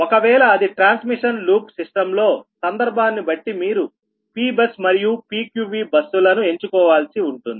ఒకవేళ అది transmission loop system లో సందర్భాన్ని బట్టి మీరు Pబస్ మరియు PQVబస్ లను ఎంచుకోవాల్సి ఉంటుంది